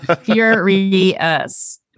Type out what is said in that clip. furious